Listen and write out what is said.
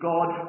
God